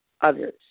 others